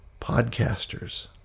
podcasters